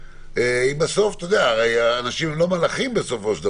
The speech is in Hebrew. אנשים הם לא מלאכים בסופו של דבר,